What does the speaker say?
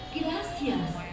¡Gracias